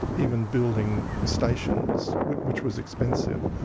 even building stations, which which was expensive,